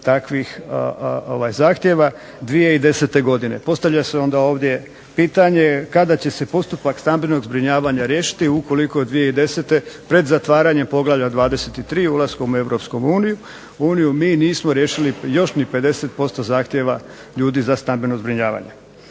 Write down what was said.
takvih zahtjeva 2010. godine. Postavlja se onda ovdje pitanje kada će se postupak stambenog zbrinjavanja riješiti ukoliko 2010. pred zatvaranje poglavlja 23. ulaskom u Europsku uniju mi nismo riješili još ni 50% zahtjeva ljudi za stambeno zbrinjavanje.